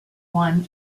won